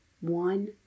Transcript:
one